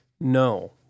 no